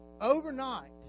overnight